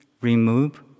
remove